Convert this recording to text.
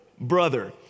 brother